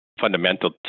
Fundamental